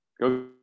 Go